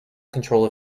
control